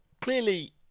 Clearly